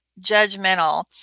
judgmental